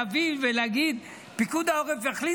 להביא ולהגיד: פיקוד העורף החליט,